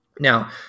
now